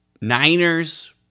Niners